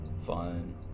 fine